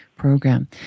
program